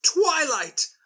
Twilight